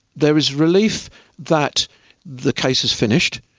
there is relief that the case is finished.